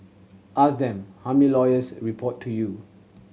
ask them how many lawyers report to you